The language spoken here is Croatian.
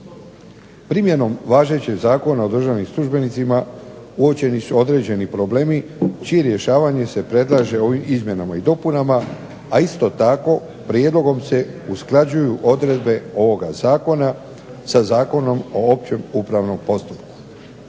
Primjenom važećeg Zakona o državnim službenicima uočeni su određeni problemi čije rješavanje se predlaže ovim izmjenama i dopunama, a isto tako prijedlogom se usklađuju odredbe ovoga zakona sa Zakonom o opće upravnom postupku.